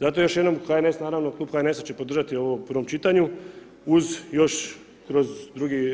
Zato još jednom HNS naravno klub HNS će naravno podržati ovo u prvom čitanju uz još kroz drugi